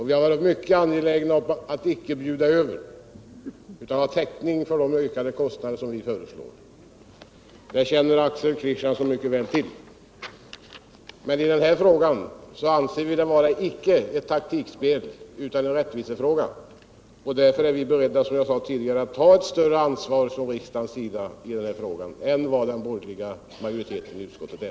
Vi har varit mycket anglägna att icke bjuda över utan ha täckning för de ökade kostnader vi föreslår. Det känner Axel Kristiansson mycket väl till. Detta är icke ett taktikspel, utan det här är en rättvisefråga. Därför är vi beredda att låta riksdagen ta ett större ansvar i denna fråga än vad den borgerliga majoriteten i utskottet är.